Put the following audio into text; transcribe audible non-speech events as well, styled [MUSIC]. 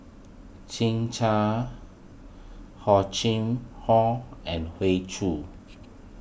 Chim Chui Hor Chim [UNINTELLIGIBLE] and Hoey Choo